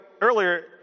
earlier